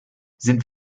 sind